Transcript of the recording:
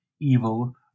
evil